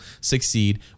succeed